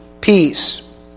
peace